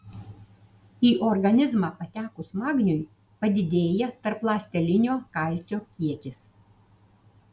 į organizmą patekus magniui padidėja tarpląstelinio kalcio kiekis